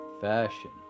Fashion